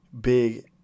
big